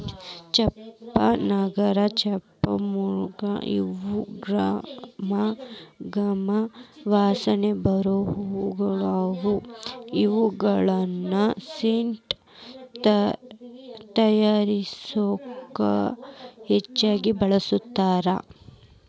ಚಂಪಾ, ನಾಗಚಂಪಾ, ಮೊಗ್ರ ಇವು ಗಮ ಗಮ ವಾಸನಿ ಬರು ಹೂಗಳಗ್ಯಾವ, ಇವುಗಳನ್ನ ಸೆಂಟ್ ತಯಾರಿಕೆಯೊಳಗ ಹೆಚ್ಚ್ ಬಳಸ್ತಾರ